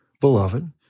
Beloved